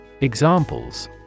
Examples